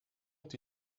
est